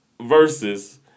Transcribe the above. versus